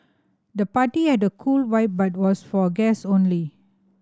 the party had a cool vibe but was for guest only